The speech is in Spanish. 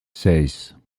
seis